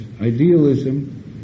idealism